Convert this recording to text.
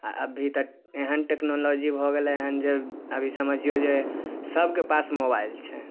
आओर अभी तऽ एहन टेक्नोलॉजी भऽ गेलै हँ जे अभी समझिऔ जे सभके पास मोबाइल छै